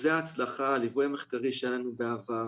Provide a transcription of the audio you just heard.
הליווי המחקרי שהיה לנו בעבר